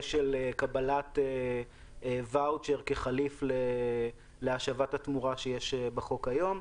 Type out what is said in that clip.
של קבלת ואוצ'ר כחליף להשבת התמורה שיש בחוק היום,